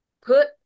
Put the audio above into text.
put